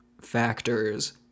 factors